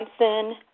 Johnson